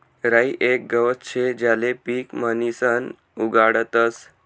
राई येक गवत शे ज्याले पीक म्हणीसन उगाडतस